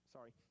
Sorry